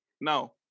Now